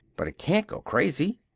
but it can't go crazy!